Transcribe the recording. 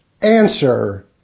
Answer